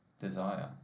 desire